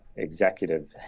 executive